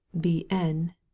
B.N